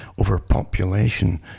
overpopulation